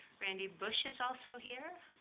randy bush is also here,